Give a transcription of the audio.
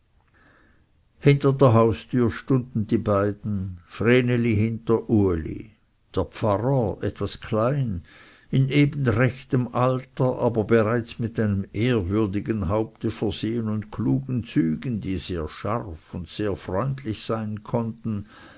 hinter der haustüre stunden die beiden vreneli hinter uli der pfarrer etwas klein in eben rechtem alter aber bereits mit einem ehrwürdigen haupte versehen und klugen zügen die sehr scharf und sehr freundlich sein konnten